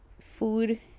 food